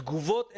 התגובות הן,